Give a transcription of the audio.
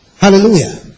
Hallelujah